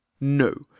No